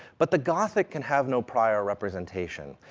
but the gothic can have no prior representation,